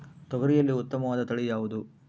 ತೊಗರಿಯಲ್ಲಿ ಉತ್ತಮವಾದ ತಳಿ ಯಾವುದು?